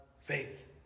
faith